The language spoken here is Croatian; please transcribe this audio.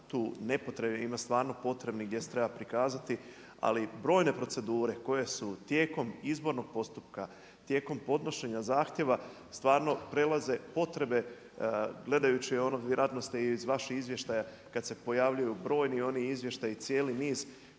tu nepotrebnih, ima stvarno potrebnih gdje se treba prikazati. Ali brojne procedure koje su tijekom izbornog postupka, tijekom podnošenja zahtjeva stvarno prelaze potrebe gledajući ono vjerojatno iz vaših izvještaja kad se pojavljuju brojni oni izvještaji, cijeli niz,